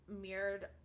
mirrored